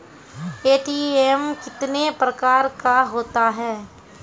ATM कितने प्रकार का होता हैं?